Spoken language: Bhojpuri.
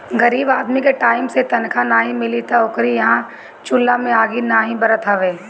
गरीब आदमी के टाइम से तनखा नाइ मिली तअ ओकरी इहां चुला में आगि नाइ बरत हवे